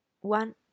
One